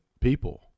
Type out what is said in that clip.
people